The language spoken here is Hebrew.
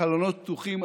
החלונות פתוחים,